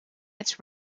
its